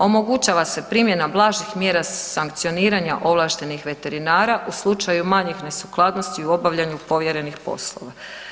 Omogućava se primjena blažih mjera sankcioniranja ovlaštenih veterinara u slučaju manjih nesukladnosti u obavljanju povjerenih poslova.